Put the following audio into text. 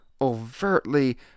overtly